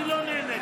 אני לא נהניתי.